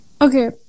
Okay